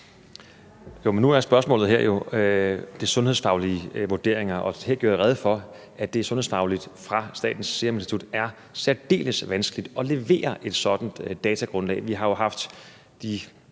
Nu drejer spørgsmålet her sig jo om de sundhedsfaglige vurderinger, og her gjorde jeg rede for, at det fra Statens Serum Institut er særdeles vanskeligt at levere et sådant sundhedsfagligt datagrundlag. Vi har jo haft de